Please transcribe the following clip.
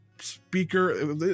speaker